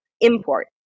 import